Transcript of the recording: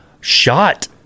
shot